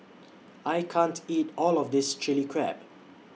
I can't eat All of This Chili Crab